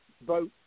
vote